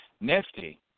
nifty